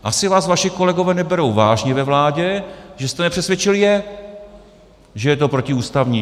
Asi vás vaši kolegové neberou vážně ve vládě, že jste nepřesvědčil je, že je to protiústavní.